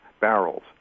barrels